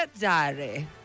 Diary